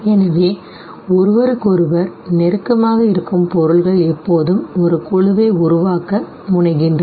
எனவே ஒருவருக்கொருவர் நெருக்கமாக இருக்கும் பொருள்கள் எப்போதும் ஒரு குழுவை உருவாக்க முனைகின்றன